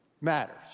matters